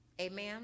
Amen